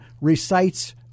recites